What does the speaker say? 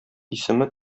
исеме